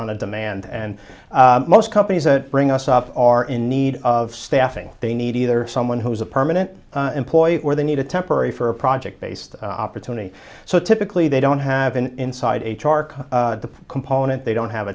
on a demand and most companies that bring us up are in need of staffing they need either someone who is a permanent employee or they need a temporary for a project based opportunity so typically they don't have an inside a charkha component they don't have